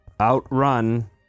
outrun